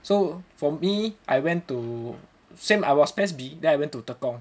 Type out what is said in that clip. so for me I went to same I was PES B then I went to Tekong